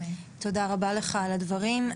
תודה רבה לך על הדברים.